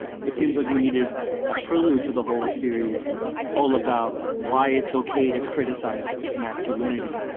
it seems like we needed a prelude to the whole series all about why it's ok to criticize masculinity.